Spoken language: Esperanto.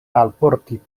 alporti